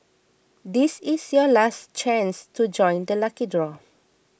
this is your last chance to join the lucky draw